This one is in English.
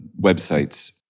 websites